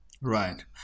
Right